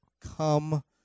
Come